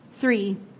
Three